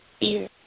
ear